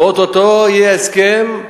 ואו-טו-טו יהיה הסכם,